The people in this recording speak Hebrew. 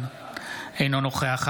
אינו נוכח סימון דוידסון,